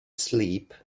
sleep